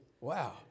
Wow